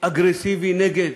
אגרסיבי נגד